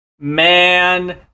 Man